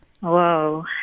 Whoa